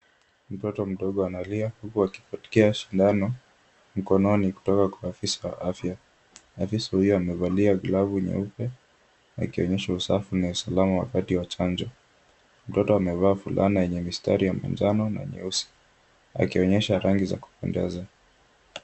Mtoto mdogo analia huku akipokea sidano mkononi kutoka kwa ofisa wa afya. Ofisa huyo amavalia glovu nyeupe akionyesha usafi na usalama wakati wa chanjo. Mtoto amevaa fulana enye mistari ya manjano na nyeusi akionyesha rangi za kupendeza.